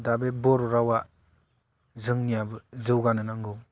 दा बे बर' रावा जोंनियाबो जौगानो नांगौ